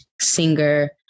singer